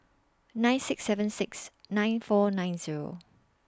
nine six seven six nine four nine Zero